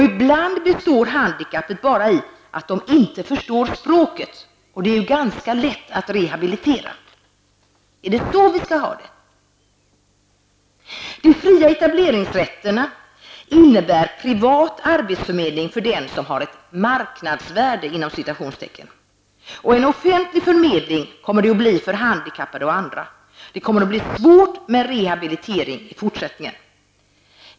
Ibland består handikappet bara i att de inte förstår språket. Det är ganska lätt att rehabilitera. Är det så vi skall ha det? ''marknadsvärde'' och en offentlig förmedling för handikappade och andra. Det kommer att bli svårt med rehabilitering i fortsättningen.